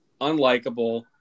Unlikable